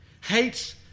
hates